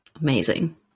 Amazing